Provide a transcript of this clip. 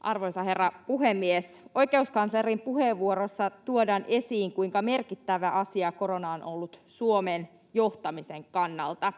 Arvoisa herra puhemies! Oikeuskanslerin puheenvuorossa tuodaan esiin, kuinka merkittävä asia korona on ollut Suomen johtamisen kannalta.